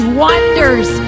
wonders